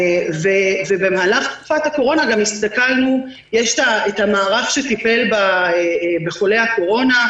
במהלך תקופת הקורונה היה את המערך שטיפל בחולי הקורונה,